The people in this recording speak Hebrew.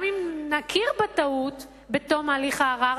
גם אם נכיר בטעות בתום הליך הערר,